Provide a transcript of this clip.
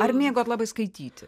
ar mėgot labai skaityti